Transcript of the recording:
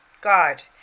God